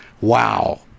Wow